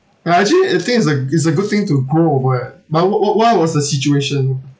ya actually I think is a is a good thing to grow over eh but wha~ wha~ what was the situation